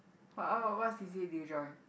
!wow! what C_C_A did you join